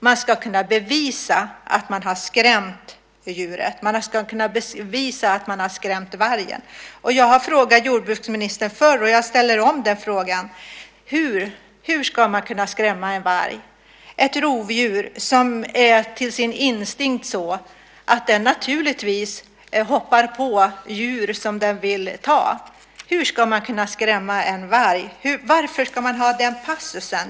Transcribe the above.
Man ska kunna bevisa att man har skrämt vargen. Jag har frågat jordbruksministern förr och jag ställer om den frågan: Hur ska man kunna skrämma en varg, ett rovdjur som i sin instinkt har att hoppa på djur som den vill ta. Hur ska man kunna skrämma en varg? Varför ska man ha den passusen?